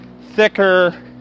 thicker